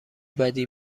بدی